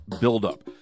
buildup